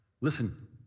Listen